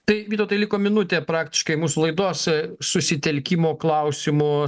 tai vytautui liko minutė praktiškai mūsų laidos susitelkimo klausimu